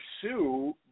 pursue